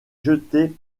jeté